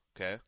okay